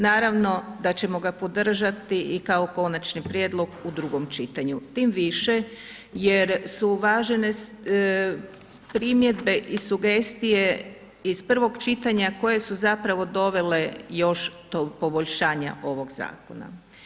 Naravno da ćemo ga podržati i kao konačni prijedlog u drugom čitanju, tim više jer su uvažene primjedbe i sugestije iz prvog čitanja koje su zapravo dovele još do poboljšanja ovog zakona.